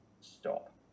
stop